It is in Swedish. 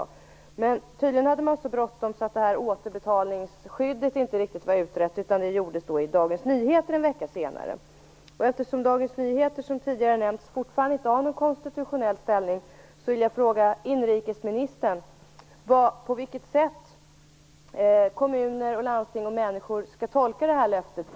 Men tydligen hade man så bråttom att återbetalningsskyddet inte riktigt var utrett, utan det gjordes i Dagens Nyheter en vecka senare. Eftersom Dagens Nyheter, som tidigare nämnts, fortfarande inte har någon konstitutionell ställning vill jag fråga inrikesministern på vilket sätt kommuner och landsting och människor skall tolka det här löftet.